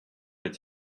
its